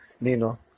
nino